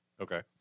okay